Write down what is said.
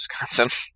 Wisconsin